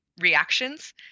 reactions